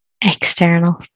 external